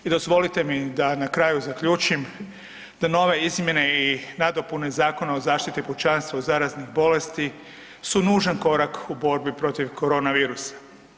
I dozvolite mi da na kraju zaključim da nove izmjene i nadopune zakona o zaštiti pučanstva od zaraznih bolesti su nužan korak u borbi protiv koronavirusa.